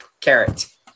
Carrot